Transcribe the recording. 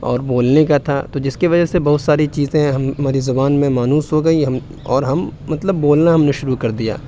اور بولنے کا تھا تو جس کی وجہ سے بہت ساری چیزیں ہماری زبان میں مانوس ہو گئیں اور ہم بولنا شروع کر دیا